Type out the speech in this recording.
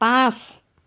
পাঁচ